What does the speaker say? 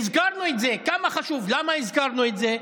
הזכרנו את זה, כמה זה חשוב, למה הזכרנו את זה?